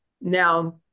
Now